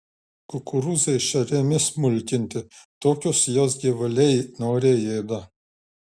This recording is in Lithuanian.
kukurūzai šeriami smulkinti tokius juos gyvuliai noriai ėda